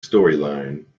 storyline